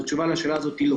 התשובה היא לא.